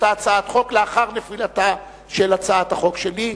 אותה הצעת חוק לאחר נפילתה של הצעת החוק שלי.